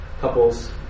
couples